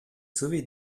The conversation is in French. sauvé